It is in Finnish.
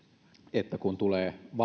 että kun tulee